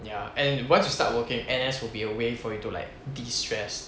ya and once you start working N_S will be a way for you to like destress